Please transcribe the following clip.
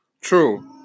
True